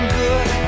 good